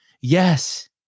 yes